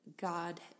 God